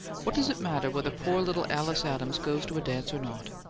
what does it matter whether poor little alice adams goes to a dance or not?